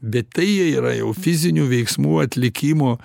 bet tai jie yra jau fizinių veiksmų atlikimo